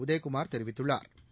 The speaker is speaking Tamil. உதயகுமா் தெரிவித்துள்ளாா்